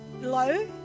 low